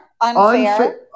Unfair